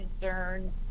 concerns